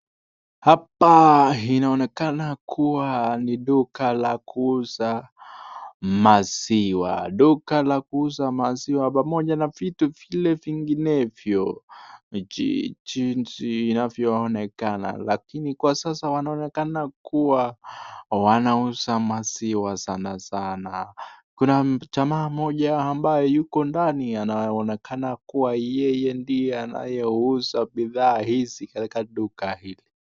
Hapa inaonekana kuwa ni duka la kuuza maziwa. Duka la kuuza maziwa pamoja na vitu vile vinginevyo jinsi inavyo onekana. Lakini kwa sasa wanaonekana kuwa wanauza maziwa sana sana. Kuna mjamaa mmoja ambaye yuko ndani anayeonekana kuwa yeye ndiye anaye uza bidhaa hizi katika duka hii.